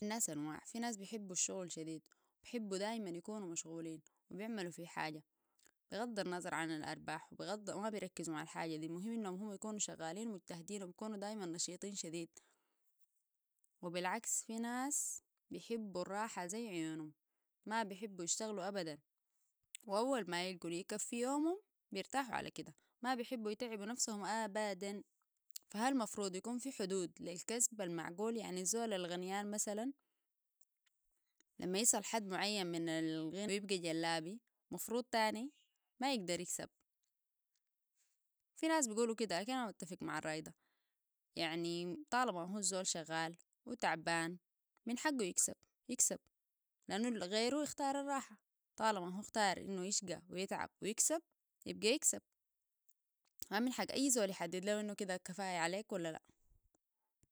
الناس انواع في ناس بيحبوا الشغل شديد بيحبوا دايما يكونوا مشغولين وبيعملوا في حاجة بغض النظر عن الارباح وبيغض وما بيركزوا مع الحاجة دي المهم انهم هم يكونوا شغالين مجتاهدين وبيكونوا دايما نشيطين شديد وبالعكس في ناس بيحبوا الراحة زي عيونهم ما بيحبوا يشتغلوا ابدا واول ما يلقوا ليه البكفي يومو بيرتاحوا على كده ما بيحبوا يتعبوا نفسهم ابدا فهل مفروض يكون في حدود للكسب؟ بل معقول يعني زول الغنيان مثلا لما يصل حد معين من الغنى ويبقى جلابي مفروض تاني ما يقدر يكسب في ناس بيقولوا كده انا متفق معالراي ده يعني طالما هو الزول شغال وتعبان من حقه يكسب يكسب لانو غيره اختار الراحة طالما هو اختار انه يشقى ويتعب ويكسب يبقى يكسب ومن حق اي زول يحدد له انه كده كفاية عليك ولا لا